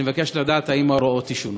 אני מבקש לדעת אם ההוראות ישונו.